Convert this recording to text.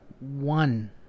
one